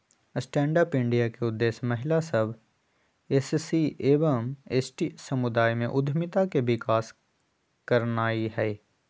stand up India के उद्देश्य महिला सभ, एस.सी एवं एस.टी समुदाय में उद्यमिता के विकास करनाइ हइ